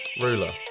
Ruler